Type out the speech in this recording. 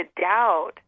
doubt